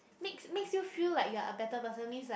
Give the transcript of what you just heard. makes makes you feel like you are a better person means like